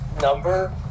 number